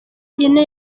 ine